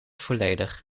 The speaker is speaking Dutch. volledig